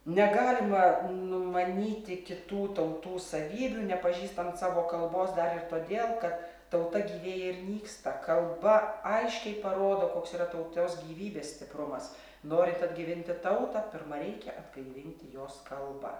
negalima numanyti kitų tautų savybių nepažįstant savo kalbos dar ir todėl kad tauta gyvėja ir nyksta kalba aiškiai parodo koks yra tautos gyvybės stiprumas norint atgyvinti tautą pirma reikia atgaivinti jos kalbą